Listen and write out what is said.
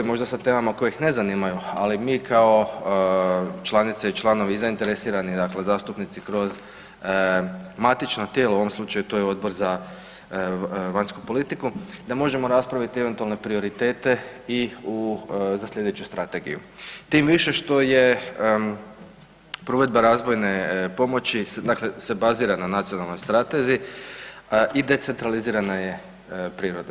Možda sad trebamo koje ih ne zanimaju, ali mi kao članica i članovi i zainteresirani zastupnici kroz matično tijelo u ovom slučaju to je Odbor za vanjsku politiku, da možemo raspraviti eventualne prioritete i za sljedeću strategiju tim više što je provedba razvojne pomoći se bazira na nacionalnoj strategiji i decentralizirane je prirode.